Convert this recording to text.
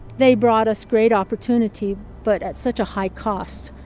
they brought us great opportunity but at such a high cost.